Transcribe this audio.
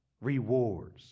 rewards